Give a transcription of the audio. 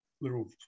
little